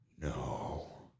No